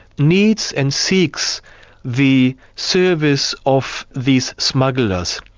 needs and seeks the service of these smugglers.